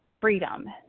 freedom